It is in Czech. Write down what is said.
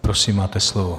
Prosím máte slovo.